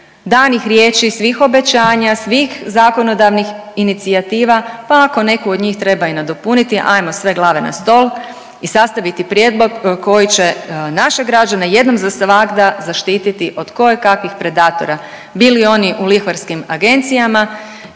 danih riječi, svih obećanja, svih zakonodavnih inicijativa, pa ako neku od njih treba i nadopuniti hajmo sve glave na stol i sastaviti prijedlog koji će naše građane jednom za svagda zaštititi od kojekakvih predatora bili oni u lihvarskim agencijama